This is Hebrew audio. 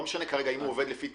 לא משנה כרגע אם הוא עובד לפי